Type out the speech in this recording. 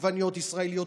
עגבניות ישראליות,